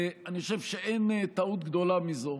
אני חושב שאין טעות גדולה מזו.